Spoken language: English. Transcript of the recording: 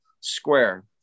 square